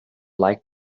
like